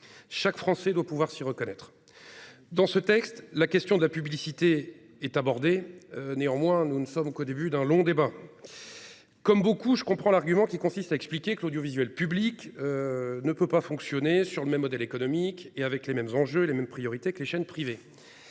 Chaque Français doit pouvoir s'y reconnaître. Dans ce texte, si la question de la publicité est abordée, nous n'en sommes qu'au début d'un long débat. Comme beaucoup, je comprends l'argument consistant à expliquer que l'audiovisuel public ne peut fonctionner selon le même modèle économique que les chaînes privées, avec les mêmes enjeux et les mêmes priorités.